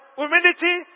humility